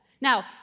Now